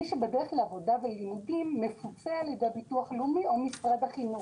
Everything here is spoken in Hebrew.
מי שבדרך לעבודה וללימודים מפוצה על-ידי ביטוח לאומי או משרד החינוך.